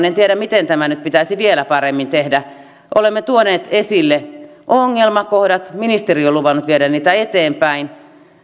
en tiedä miten tämä nyt pitäisi vielä paremmin tehdä olemme tuoneet esille ongelmakohdat ministeri on luvannut viedä niitä eteenpäin